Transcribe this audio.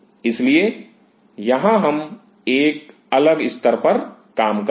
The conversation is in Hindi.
इसलिए यहां हम एक अलग स्तर पर काम करेंगे